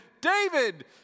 David